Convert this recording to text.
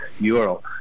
euro